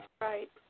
right